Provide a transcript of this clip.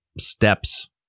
steps